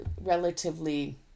relatively